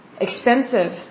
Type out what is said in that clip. expensive